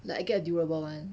like I get a durable one